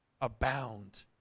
Abound